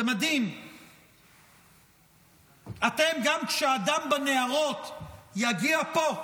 זה מדהים, אתם, גם כשהדם בנהרות יגיע לפה,